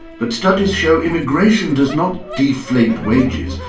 but studies show immigration does not deflate wages,